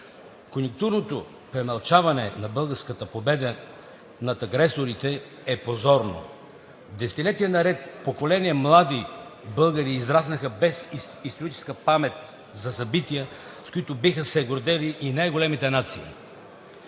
Конюнктурното премълчаване на българската победа над агресорите е позорно. Десетилетия наред поколения млади българи израснаха без историческа памет за събития, с които биха се гордели и най-големите нации.